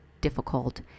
difficult